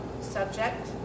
subject